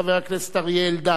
חבר הכנסת אריה אלדד.